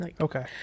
Okay